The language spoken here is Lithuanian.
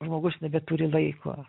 žmogus nebeturi laiko